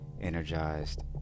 energized